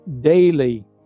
daily